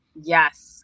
Yes